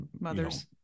mothers